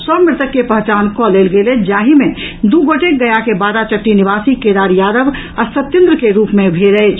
सभ मृतक के पहचान कऽ लेल गेल अछि जाहि मे दू गोटे गया के बाराचट्टी निवासी केदार यादव आ सत्येन्द्र के रूप मे भेल अछि